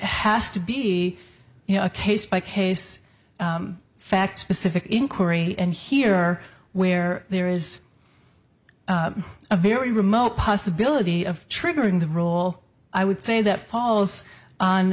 has to be you know a case by case fact specific inquiry and here are where there is a very remote possibility of triggering the rule i would say that falls on